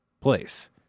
place